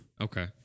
Okay